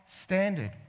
standard